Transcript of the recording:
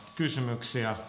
kysymyksiä